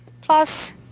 Plus